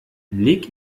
leg